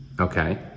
okay